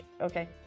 Okay